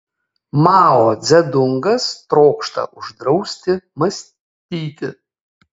mao dzedungas trokšta uždrausti mąstyti